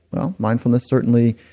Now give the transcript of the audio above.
well, mindfulness certainly,